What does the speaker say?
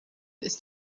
ist